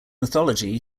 mythology